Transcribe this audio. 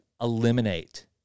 eliminate